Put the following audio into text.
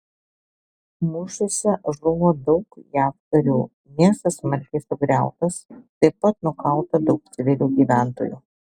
mūšiuose žuvo daug jav karių miestas smarkiai sugriautas taip pat nukauta daug civilių gyventojų